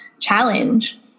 challenge